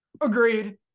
Agreed